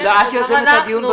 גם אנחנו.